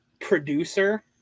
producer